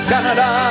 Canada